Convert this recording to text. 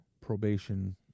probation